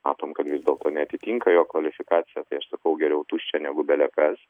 matom kad vis dėlto neatitinka jo kvalifikacija tai aš sakau geriau tuščia negu belekas